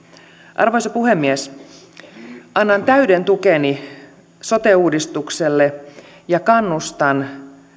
arvoisa puhemies annan täyden tukeni sote uudistukselle ja kannustan